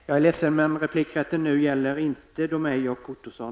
Jag är ledsen, men replikrätten gäller inte Domeij och Ottosson.